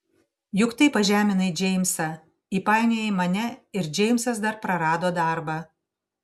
juk taip pažeminai džeimsą įpainiojai mane ir džeimsas dar prarado darbą